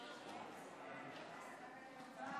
זאב,